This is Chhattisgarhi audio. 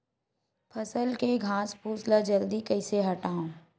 फसल के घासफुस ल जल्दी कइसे हटाव?